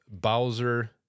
Bowser